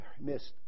missed